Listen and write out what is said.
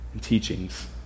teachings